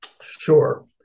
Sure